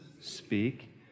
speak